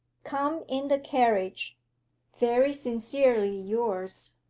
come in the carriage very sincerely yours,